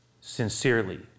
sincerely